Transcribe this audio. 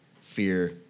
fear